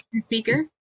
Seeker